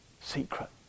secret